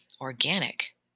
organic